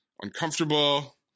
uncomfortable